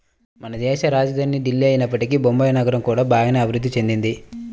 మనదేశ రాజధాని ఢిల్లీనే అయినప్పటికీ బొంబాయి నగరం కూడా బాగానే అభిరుద్ధి చెందింది